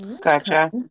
Gotcha